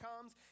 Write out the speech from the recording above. comes